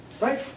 right